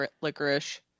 licorice